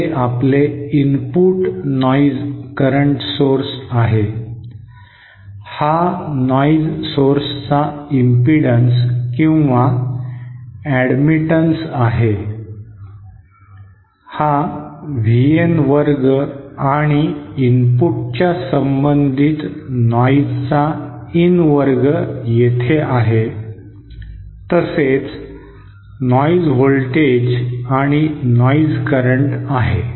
हे आपले input noise current source आहे हा नॉइज सोर्सचा इम्पिडन्स किंवा ऍडमिटन्स आहे हा VN वर्ग आणि इनपुटच्या संबंधित नॉईजचा IN वर्ग येथे आहे तसेच नॉइज व्होल्टेज आणि नॉइज करंट आहे